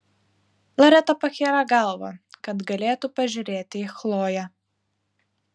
loreta pakėlė galvą kad galėtų pažiūrėti į chloję